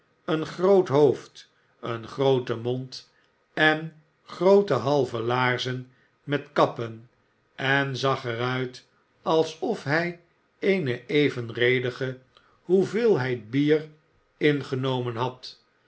een groot hoofd een grooten mond en groote halve laarzen met kappen en zag er uit alsof hij eene evenredige hoeveelheid bier ingenomen had